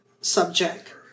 subject